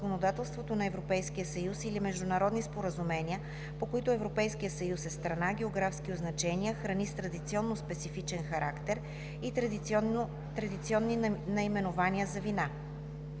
законодателството на Европейския съюз или международни споразумения, по които Европейският съюз е страна, географски означения, храни с традиционно специфичен характер и традиционни наименования за вина.